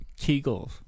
Kegels